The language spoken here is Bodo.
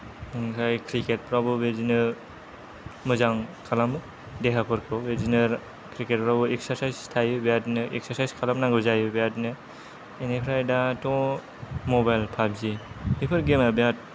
ओमफ्राय क्रिकेटफ्रावबो बिदिनो मोजां खालामो देहाफोरखौ बिदिनो क्रिकेटफ्रावबो एक्सारसाइस थायो बेरादनो एक्सारसाइस खालामनांगौ जायो बेरादनो बिनिफ्राय दाथ' मबाइल फाबजि बेफोर गेमा बिराद